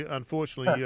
unfortunately